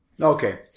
Okay